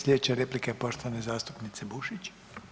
Sljedeća replika je poštovane zastupnice Bušić.